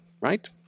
right